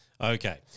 Okay